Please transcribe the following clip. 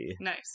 nice